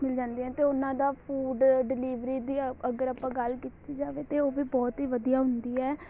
ਮਿਲ ਜਾਂਦੀ ਹੈ ਅਤੇ ਉਹਨਾਂ ਦਾ ਫੂਡ ਡਿਲੀਵਰੀ ਦੀ ਅਗਰ ਆਪਾਂ ਗੱਲ ਕੀਤੀ ਜਾਵੇ ਤਾਂ ਉਹ ਵੀ ਬਹੁਤ ਹੀ ਵਧੀਆ ਹੁੰਦੀ ਹੈ